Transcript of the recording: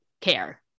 care